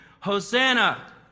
Hosanna